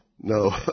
no